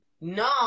No